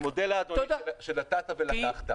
אני מודה לאדוני שנתת ולקחת.